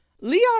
Leon